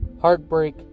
heartbreak